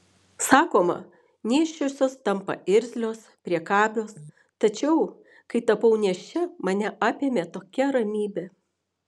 sakoma nėščiosios tampa irzlios priekabios tačiau kai tapau nėščia mane apėmė tokia ramybė